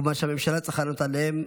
וכמובן שהממשלה צריכה לענות עליהן.